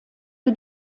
für